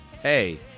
Hey